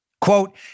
quote